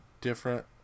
different